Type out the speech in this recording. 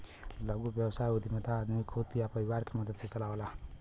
लघु व्यवसाय उद्यमिता आदमी खुद या परिवार के मदद से चलावला